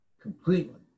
completely